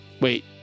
wait